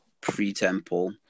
pre-temple